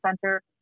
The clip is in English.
Center